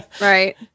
Right